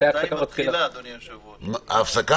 מתי מתחילה ההפסקה?